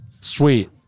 Sweet